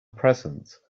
present